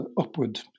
Upward